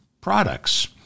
products